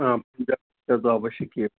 आं द्रक्ष्यतु आवश्यकी